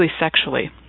sexually